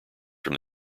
from